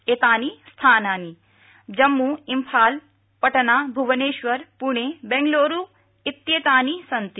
एतानि स्थानानि जम्मू इम्फाल पटना भुबनेश्वर पुणे बेंग्लुरु इत्येतानि सन्ति